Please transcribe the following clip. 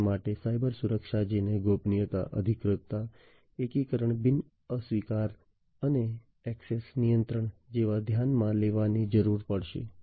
0 માટે સાયબરસુરક્ષા જેને ગોપનીયતા અધિકૃતતા એકીકરણ બિન અસ્વીકાર અને ઍક્સેસ નિયંત્રણ જેવા ધ્યાનમાં લેવાની જરૂર પડશે